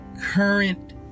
current